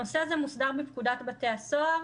הנושא הזה מוסדר בפקודת בתי הסוהר.